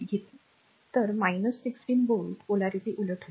घेतले तर 16 व्होल्ट ध्रुवीयता उलट होईल